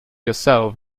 yourself